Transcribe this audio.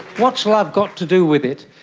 what's love got to do with it?